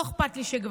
לא אכפת לי,